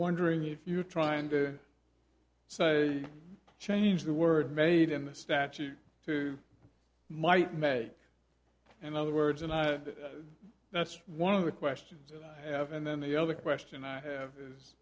wondering if you're trying to say change the word married in the statute to might may and other words and that's one of the questions i have and then the other question i have is